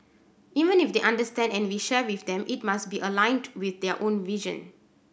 even if they understand and we share with them it must be aligned with their own vision